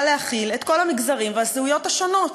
להכיל את כל המגזרים והזהויות השונות.